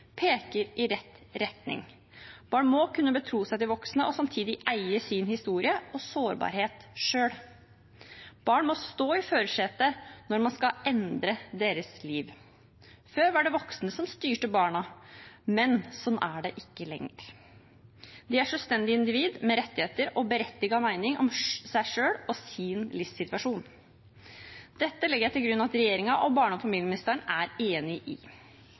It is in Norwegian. peker i rett retning. Barn må kunne betro seg til voksne og samtidig eie sin historie og sårbarhet selv. Barn må stå i førersetet når man skal endre deres liv. Før var det voksne som styrte barna, men sånn er det ikke lenger. De er selvstendige individer med rettigheter og berettiget mening om seg selv og sin livssituasjon. Dette legger jeg til grunn at regjeringen og barne- og familieministeren er enig i.